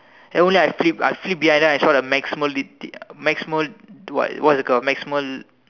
then I only I flip I flip behind then I saw the maximal maximal what what is it called maximal